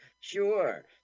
Sure